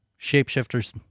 Shapeshifter's